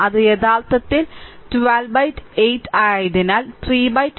അത് യഥാർത്ഥത്തിൽ 128 ആയതിനാൽ 3 2